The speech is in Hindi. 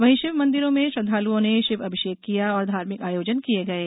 वहीं शिव मंदिरों में श्रद्धालुओं ने षिव अभिषेक किया और धार्मिक आयोजन किए गये